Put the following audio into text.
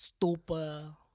Stupa